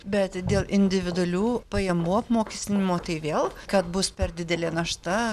bet dėl individualių pajamų apmokestinimo tai vėl kad bus per didelė našta